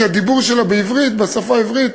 כי הדיבור שלה בשפה העברית